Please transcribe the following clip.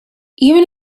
even